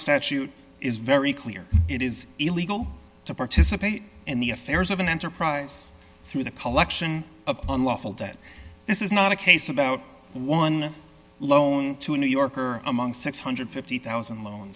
statute is very clear it is illegal to participate in the affairs of an enterprise through the collection of unlawful debt this is not a case about one loan to new york or among six hundred and fifty thousand loans